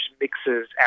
mixes